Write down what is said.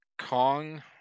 Kong